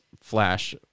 flash